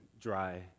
dry